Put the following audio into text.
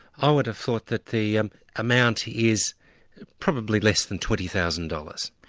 i would have thought that the amount is probably less than twenty thousand dollars.